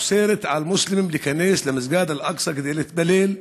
אוסרת על מוסלמים להיכנס למסגד אל-אקצא כדי להתפלל,